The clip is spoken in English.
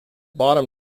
bottom